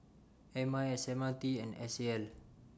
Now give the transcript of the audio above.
M I S M R T and S A L